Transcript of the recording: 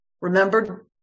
remember